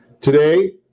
Today